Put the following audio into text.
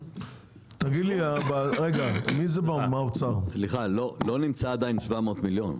סליחה, לא נמצא עדיין 700 מיליון.